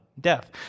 death